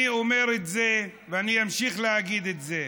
אני אומר את זה ואני אמשיך להגיד את זה: